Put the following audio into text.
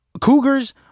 Cougars